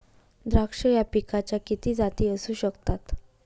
द्राक्ष या पिकाच्या किती जाती असू शकतात?